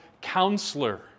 counselor